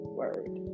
word